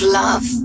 love